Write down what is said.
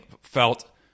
felt